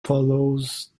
follows